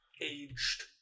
aged